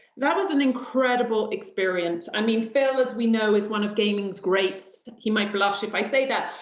that was an incredible experience. i mean, phil, as we know, is one of gaming's greats. he might blush if i say that.